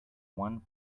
one